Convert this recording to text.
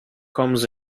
comes